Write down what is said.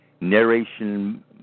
narration